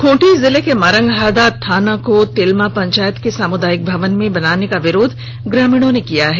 खूंटी जिले के मारंगहादा थाना को तिलमा पंचायत के सामुदायिक भवन में बनाने का विरोध ग्रामीणों ने किया है